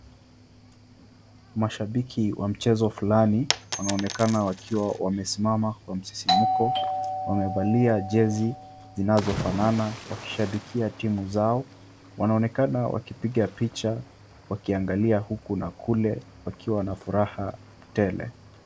Mashabiki wa mchezo fulani wanaonekana wakiwa wamesimama kwa msisimuko. Wamevalia jezi zinazofanana wakishabikia timu zao. Wanaonekana wakipiga picha wakiangalia huku na kule wakiwa na furaha tele.